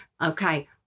Okay